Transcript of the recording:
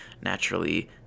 Naturally